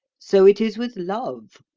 so it is with love.